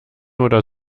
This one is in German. oder